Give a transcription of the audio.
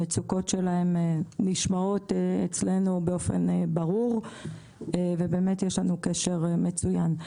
המצוקות שלהם נשמעות אצלנו באופן ברור ובאמת יש לנו קשר מצוין.